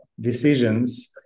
decisions